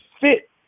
fit